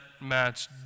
match